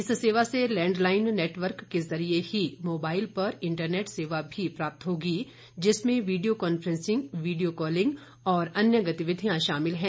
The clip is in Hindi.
इस सेवा से लैंडलाइन नेटवर्क के जरिए ही मोबाइल पर इंटरनेट सेवा भी प्राप्त होगी जिसमें वीडियो कांफ्रेंसिंग वीडियो कॉलिंग और अन्य गतिविधियां शामिल हैं